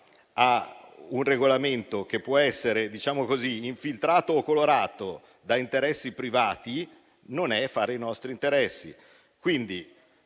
a un regolamento che può essere infiltrato o colorato da interessi privati non fa i nostri interessi.